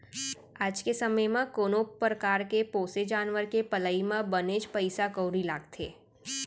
आज के समे म कोनो परकार के पोसे जानवर के पलई म बनेच पइसा कउड़ी लागथे